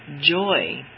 Joy